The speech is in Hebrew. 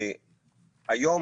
היום